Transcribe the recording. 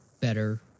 better